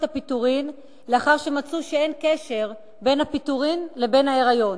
הפיטורים לאחר שמצאו שאין קשר בין הפיטורים לבין ההיריון.